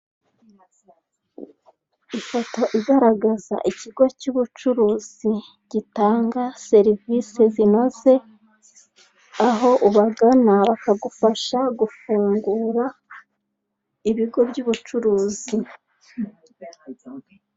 Ifoto igaragaza ikigo cy'ubucuruzi gitanga serivisi zinoze, aho ubagana bakagufasha gufungura ibigo by'ubucuruzi.